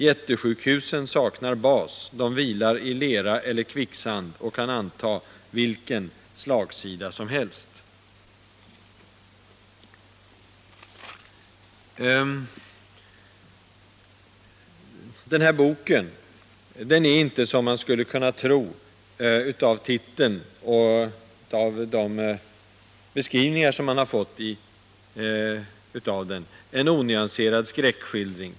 Jättesjukhusen saknar bas, de vilar i lera eller kvicksand och kan anta vilken slagsida som helst.” Den här boken är inte, som man skulle kunna tro av titeln och av en del beskrivningar av boken, en onyanserad skräckskildring.